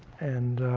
and